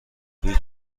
هیچ